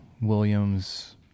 Williams